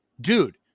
dude